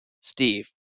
Steve